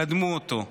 קדמו אותו,